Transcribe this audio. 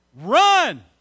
Run